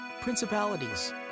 principalities